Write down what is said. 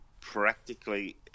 practically